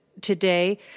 today